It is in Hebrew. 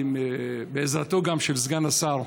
בעזרתו של סגן השר,